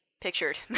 pictured